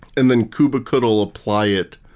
and then kubctl apply it,